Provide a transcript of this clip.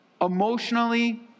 emotionally